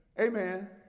Amen